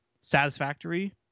satisfactory